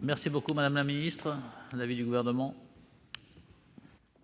Quel est l'avis du Gouvernement